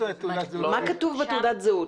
מה כתוב בתעודת זהות?